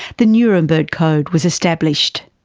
the nuremberg code was established.